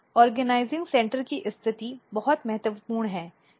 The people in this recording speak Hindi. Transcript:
आयोजन केंद्र की स्थिति बहुत महत्वपूर्ण है